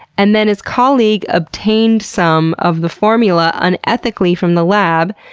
and then his colleague obtained some of the formula unethically from the lab,